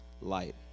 light